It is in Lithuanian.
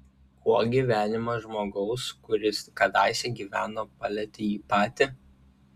kuo gyvenimas žmogaus kuris kadaise gyveno palietė jį patį